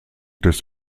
des